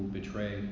betray